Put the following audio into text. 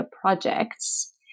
projects